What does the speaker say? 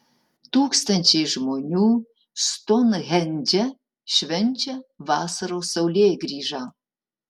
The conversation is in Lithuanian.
tūkstančiai žmonių stounhendže švenčia vasaros saulėgrįžą